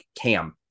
Cam